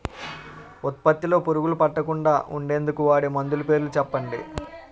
ఉత్పత్తి లొ పురుగులు పట్టకుండా ఉండేందుకు వాడే మందులు పేర్లు చెప్పండీ?